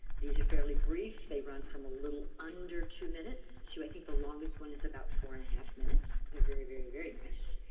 these are fairly brief. they run from a little under two minutes to, i think the longest one is about four and a half minutes. they're very, very, very nice.